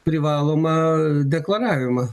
privalomą deklaravimą